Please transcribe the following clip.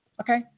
Okay